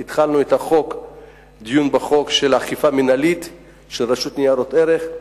התחלנו דיון בחוק לאכיפה מינהלית של הרשות לניירות ערך,